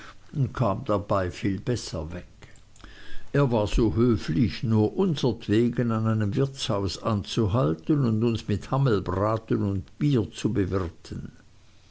kam viel besser dabei weg er war so höflich nur unsertwegen an einem wirtshaus anzuhalten und uns mit hammelbraten und bier zu bewirten